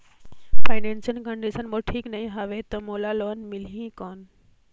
Financial condition मोर ठीक नी हवे तो मोला लोन मिल ही कौन??